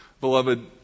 beloved